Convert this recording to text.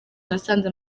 nasanze